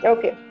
Okay